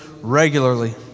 regularly